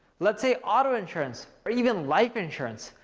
let's say auto-insurance or even life insurance.